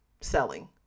selling